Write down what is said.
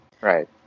Right